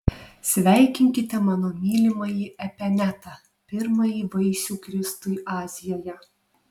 sveikinkite mano mylimąjį epenetą pirmąjį vaisių kristui azijoje